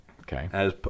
Okay